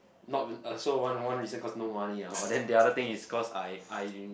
not uh so one one reason cause no money ah but then the other thing is cause I I'm